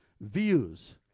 views